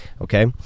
okay